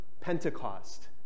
Pentecost